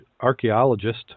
Archaeologist